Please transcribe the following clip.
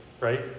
right